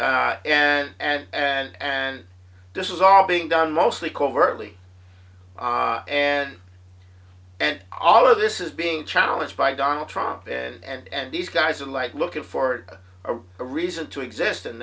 and and and and this is all being done mostly covertly and and all of this is being challenged by donald trump and these guys are like looking for a reason to exist and